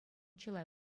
чылай